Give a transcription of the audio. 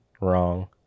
wrong